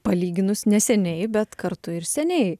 palyginus neseniai bet kartu ir seniai